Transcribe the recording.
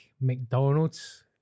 McDonald's